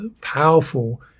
powerful